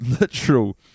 literal